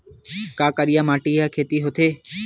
का करिया माटी म खेती होथे?